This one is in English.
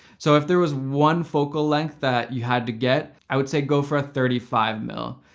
so if there was one focal length that you had to get, i would say go for a thirty five mil.